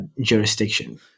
jurisdiction